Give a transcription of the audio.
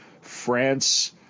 France